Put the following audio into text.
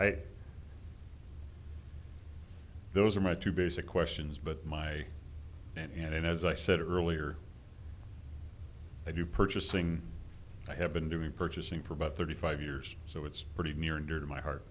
right those are my two basic questions but my and as i said earlier i do purchasing i have been doing purchasing for about thirty five years so it's pretty near and dear to my heart